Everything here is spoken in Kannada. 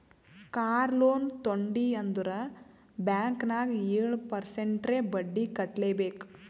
ಕಾರ್ ಲೋನ್ ತೊಂಡಿ ಅಂದುರ್ ಬ್ಯಾಂಕ್ ನಾಗ್ ಏಳ್ ಪರ್ಸೆಂಟ್ರೇ ಬಡ್ಡಿ ಕಟ್ಲೆಬೇಕ್